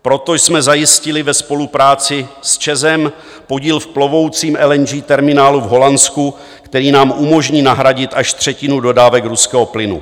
Proto jsme zajistili ve spolupráci s ČEZ podíl v plovoucím LNG terminálu v Holandsku, který nám umožní nahradit až třetinu dodávek ruského plynu.